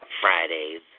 Fridays